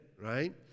right